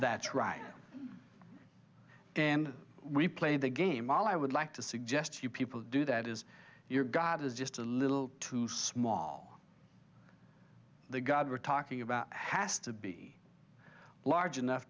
that's right and we play the game all i would like to suggest you people do that is your god is just a little too small the god we're talking about has to be large enough